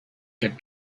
get